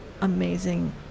amazing